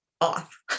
off